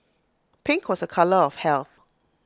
pink was A colour of health